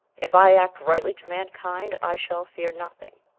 if i act rightly to mankind, i shall fear nothing.